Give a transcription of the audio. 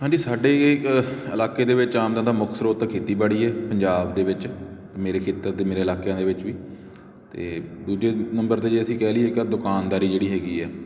ਹਾਂਜੀ ਸਾਡੇ ਇਲਾਕੇ ਦੇ ਵਿੱਚ ਆਮਦਨ ਦਾ ਮੁੱਖ ਸਰੋਤ ਤਾਂ ਖੇਤੀਬਾੜੀ ਹੈ ਪੰਜਾਬ ਦੇ ਵਿੱਚ ਮੇਰੇ ਖੇਤਰ ਅਤੇ ਮੇਰੇ ਇਲਾਕਿਆਂ ਦੇ ਵਿੱਚ ਵੀ ਅਤੇ ਦੂਜੇ ਨੰਬਰ 'ਤੇ ਜੇ ਅਸੀਂ ਕਹਿ ਲਈਏ ਕਿ ਆ ਦੁਕਾਨਦਾਰੀ ਜਿਹੜੀ ਹੈਗੀ ਹੈ